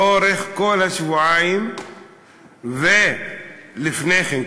לאורך כל השבועיים ולפני כן,